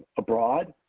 abroad,